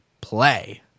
play